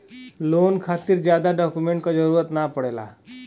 loan खातिर जादा document क जरुरत न पड़ेला